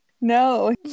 No